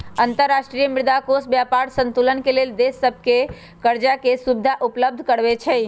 अंतर्राष्ट्रीय मुद्रा कोष व्यापार संतुलन के लेल देश सभके करजाके सुभिधा उपलब्ध करबै छइ